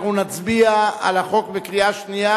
אנחנו נצביע על החוק בקריאה שנייה,